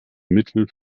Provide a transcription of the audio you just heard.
mittel